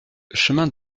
chemin